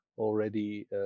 already